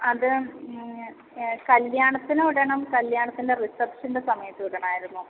അത് ഞാ കല്യാണത്തിനും ഇടണം കല്യാണത്തിൻ്റെ റിസപ്ഷൻ്റെ സമയത്തും ഇടണമായിരുന്നു